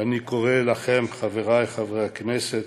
ואני קורא לכם, חברי חברי הכנסת,